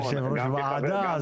יושב-ראש ועדה,